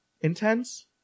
intense